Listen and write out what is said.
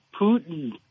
Putin